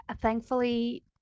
thankfully